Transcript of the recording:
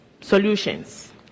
solutions